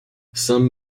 some